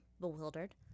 bewildered